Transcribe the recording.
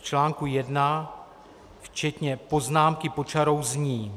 V článku 1 včetně poznámky pod čarou zní.